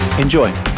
Enjoy